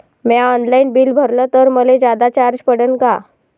म्या online bill भरलं तर मले जादा चार्ज पडन का?